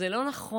זה לא נכון,